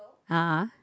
a'ah